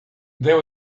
there